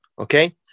okay